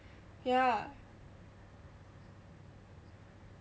yeah